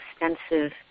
extensive